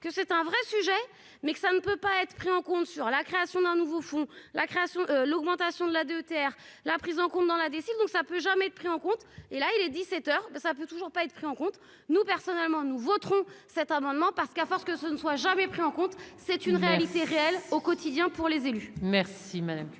que c'est un vrai sujet, mais ça ne peut pas être pris en compte sur la création d'un nouveau fonds la création, l'augmentation de la DETR, la prise en compte dans la décision, donc ça peut jamais pris en compte et là il est 17 heures de ça peut toujours pas être pris en compte, nous personnellement, nous voterons cet amendement parce qu'à force que ce ne soit jamais pris en compte, c'est une réalité réelle au quotidien pour les élus.